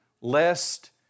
lest